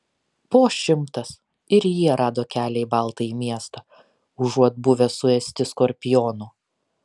po šimtas ir jie rado kelią į baltąjį miestą užuot buvę suėsti skorpionų